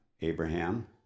Abraham